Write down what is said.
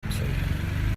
absenken